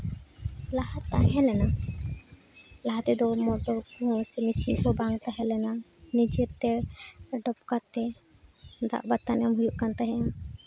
ᱞᱟᱦᱟ ᱛᱟᱦᱮᱸ ᱞᱮᱱᱟ ᱞᱟᱦᱟ ᱛᱮᱫᱚ ᱢᱚᱴᱚᱨ ᱠᱚᱦᱚᱸ ᱥᱮ ᱢᱮᱹᱥᱤᱱ ᱠᱚ ᱵᱟᱝ ᱛᱟᱦᱮᱸ ᱞᱮᱱᱟ ᱱᱤᱡᱮᱛᱮ ᱰᱚᱠᱠᱟ ᱛᱮ ᱫᱟᱜ ᱵᱟᱛᱟᱱ ᱮᱢ ᱦᱩᱭᱩᱜ ᱠᱟᱱ ᱛᱟᱦᱮᱸᱱ